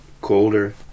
colder